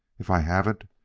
if i haven't,